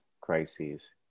crises